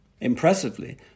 Impressively